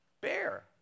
bear